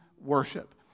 worship